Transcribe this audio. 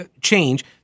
change